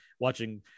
watching